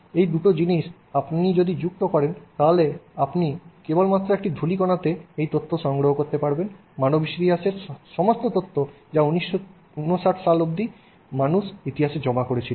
এই দুটি জিনিস আপনি যদি যুক্ত করেন তাহলে আপনি একটি মাত্র ধূলিকণাতে সংগ্রহ করতে পারবেন মানব ইতিহাসের সমস্ত তথ্য যা 1959 সাল পর্যন্ত মানব ইতিহাসে জমা হয়েছিল